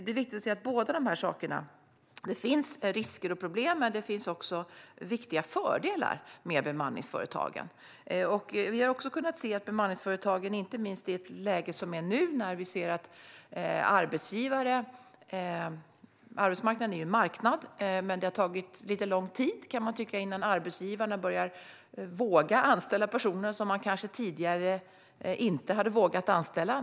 Det är viktigt att se att det finns risker och problem men också riktiga fördelar med bemanningsföretagen. Arbetsmarknaden är ju en marknad, men det har tagit lite lång tid, kan man tycka, innan arbetsgivarna har börjat våga anställa personer som man kanske tidigare inte skulle ha vågat anställa.